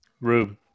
Rube